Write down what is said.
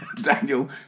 Daniel